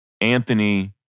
Anthony